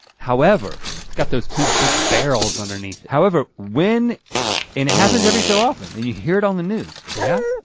however it's got those two big barrels underneath it. however, when and it happens every so often and you hear it on the news. yeah?